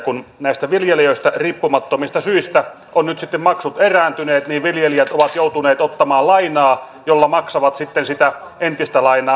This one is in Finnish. kun näistä viljelijöistä riippumattomista syistä ovat nyt sitten maksut erääntyneet niin viljelijät ovat joutuneet ottamaan lainaa jolla maksavat sitten sitä entistä lainaa pois